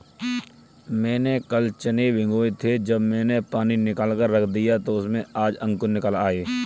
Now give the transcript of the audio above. मैंने कल चने भिगोए थे जब मैंने पानी निकालकर रख दिया तो उसमें आज अंकुर निकल आए